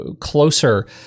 closer